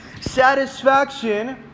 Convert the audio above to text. Satisfaction